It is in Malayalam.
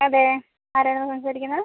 അതെ ആരാണ് സംസാരിക്കുന്നത്